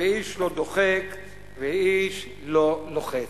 ואיש לא דוחק ואיש לא לוחץ.